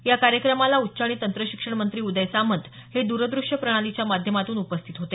या कार्यक्रमाला उच्च आणि तंत्र शिक्षणमंत्री उदय सामंत हे दूरदृष्य प्रणालीच्या माध्यमातून उपस्थित होते